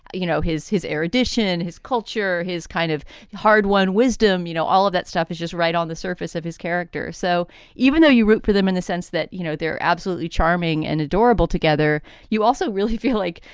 you know, his his erudition, his culture, his kind of hard won wisdom. you know, all of that stuff is just right on the surface of his character. so even though you root for them in the sense that, you know, they're absolutely charming and adorable together, you also really feel like,